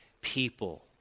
people